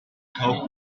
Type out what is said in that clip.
hope